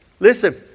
Listen